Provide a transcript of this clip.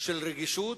של רגישות,